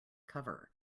cover